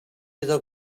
iddo